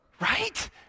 Right